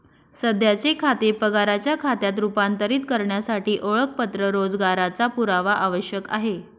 सध्याचे खाते पगाराच्या खात्यात रूपांतरित करण्यासाठी ओळखपत्र रोजगाराचा पुरावा आवश्यक आहे